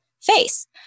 face